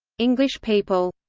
english people